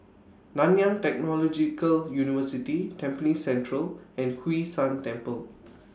Nanyang Technological University Tampines Central and Hwee San Temple